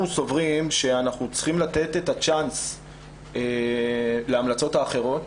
אנחנו סבורים שאנחנו צריכים לתת צ'אנס להמלצות האחרות